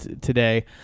today